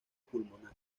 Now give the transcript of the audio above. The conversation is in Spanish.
pulmonar